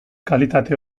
kalitate